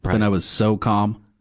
but then i was so calm.